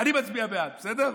אני מצביע בעד, בסדר?